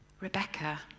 Rebecca